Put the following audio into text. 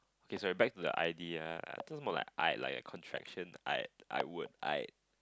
okay sorry back to the I D uh I think it's more like I like a contraction I I would I